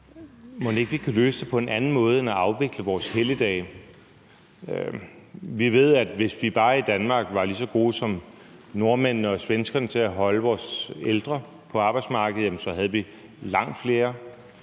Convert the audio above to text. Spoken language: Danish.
mon ikke vi så kan løse det på en anden måde end at afvikle vores helligdage? Vi ved, at hvis vi bare i Danmark var lige så gode som nordmændene og svenskerne til at holde vores ældre på arbejdsmarkedet, så havde vi langt flere.